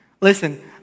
Listen